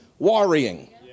Worrying